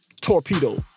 torpedo